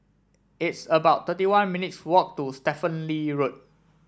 it's about thirty one minutes' walk to Stephen Lee Road